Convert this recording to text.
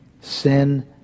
Sin